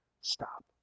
stop